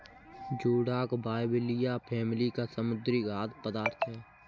जोडाक बाइबलिया फैमिली का समुद्री खाद्य पदार्थ है